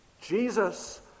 Jesus